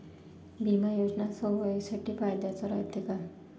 बिमा योजना सर्वाईसाठी फायद्याचं रायते का?